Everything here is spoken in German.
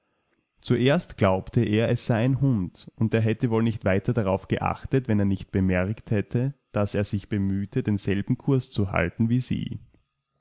zuerst glaubte er es sei ein hund und er hätte wohl nicht weiter daraufgeachtet wennernichtbemerkthätte daßersichbemühte denselben kurs zu halten wie sie